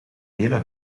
hele